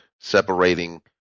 separating